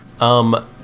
Um-